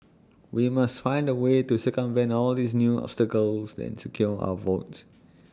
we must find A way to circumvent all these new obstacles and secure our votes